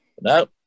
No